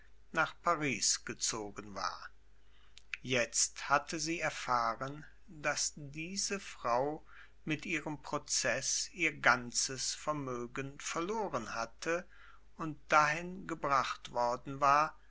nach paris gezogen war jetzt hatte sie erfahren daß diese frau mit ihrem prozeß ihr ganzes vermögen verloren hatte und dahin gebracht worden war